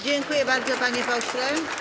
Dziękuję bardzo, panie pośle.